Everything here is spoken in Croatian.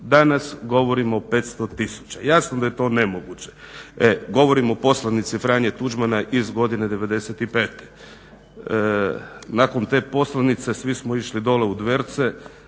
Danas govorimo o 500 tisuća. Jasno da je to nemoguće. E, govorim o poslanici Franje Tuđmana iz godine '95. Nakon te poslanice svi smo išli dole u Dverce